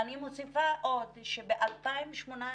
אני מוסיפה עוד שבשנת 2018